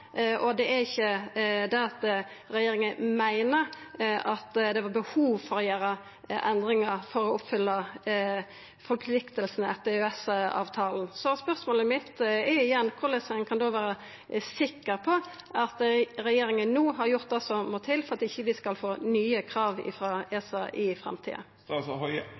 ikkje fordi regjeringa meiner at det var behov for å gjera endringar for å oppfylla forpliktingane etter EØS-avtala. Så spørsmålet mitt er igjen korleis ein da kan vera sikker på at regjeringa no har gjort det som må til for at dei ikkje skal få nye krav frå ESA i